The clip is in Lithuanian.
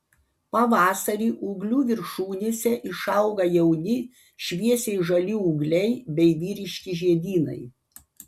pavasarį ūglių viršūnėse išauga jauni šviesiai žali ūgliai bei vyriški žiedynai